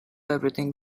everything